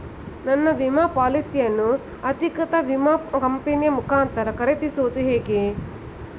ನನ್ನ ವಿಮಾ ಪಾಲಿಸಿಯನ್ನು ಅಧಿಕೃತ ವಿಮಾ ಕಂಪನಿಯ ಮುಖಾಂತರ ಖರೀದಿಸುವುದು ಹೇಗೆ?